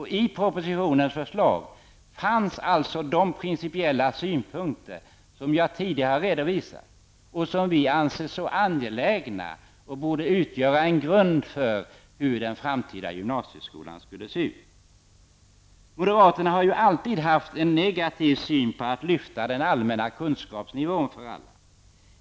I propositionens förslag finns de principiella synpunkter som jag tidigare redovisade och som vi socialdemokrater anser så angelägna att de bör utgöra en grund för hur den framtida gymnasieskolan skall se ut. Moderaterna har alltid haft en negativ syn på att lyfta den allmänna kunskapsnivån för alla.